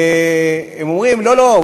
והם אומרים: לא לא,